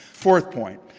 fourth point,